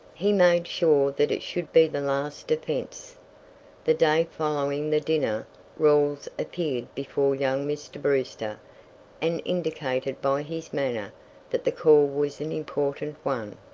he made sure that it should be the last offense. the day following the dinner rawles appeared before young mr. brewster and indicated by his manner that the call was an important one.